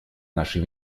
нашей